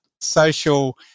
social